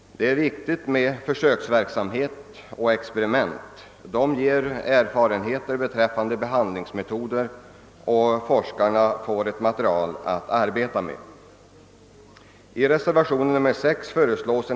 Det är viktigt med försöksverksamhet och experiment. Dessa ger erfarenheter beträffande behandlingsmetoder, och forskarna får ett material att arbeta med.